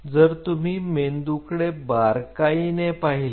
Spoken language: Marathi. जर तुम्ही मेंदूकडे बारकाईने पाहिले